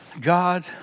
God